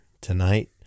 tonight